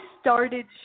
started